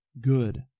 good